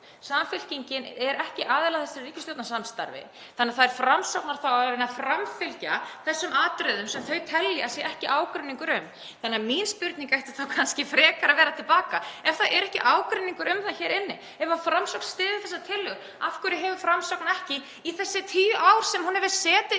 Samfylkingin er ekki aðili að þessu ríkisstjórnarsamstarfi þannig að það er Framsóknar að reyna að framfylgja þessum atriðum sem þau telja að sé ekki ágreiningur um. Þannig að mín spurning ætti þá kannski frekar að vera til baka: Ef það er ekki ágreiningur um það hér inni og ef Framsókn styður þessa tillögu, af hverju hefur Framsókn ekki í þessi tíu ár sem hún hefur setið